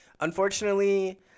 unfortunately